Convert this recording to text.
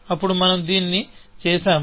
అప్పుడు మనం దీన్ని చేసాము